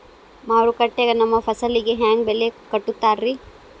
ಮಾರುಕಟ್ಟೆ ಗ ನಮ್ಮ ಫಸಲಿಗೆ ಹೆಂಗ್ ಬೆಲೆ ಕಟ್ಟುತ್ತಾರ ರಿ?